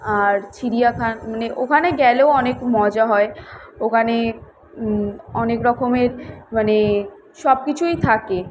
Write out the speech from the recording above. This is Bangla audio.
আর চিড়িয়াখানা ওখানে গেলেও অনেক মজা হয় ওখানে অনেক রকমের মানে সবকিছুই থাকে